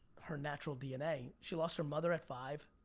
her natural dna. she lost her mother at five,